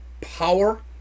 power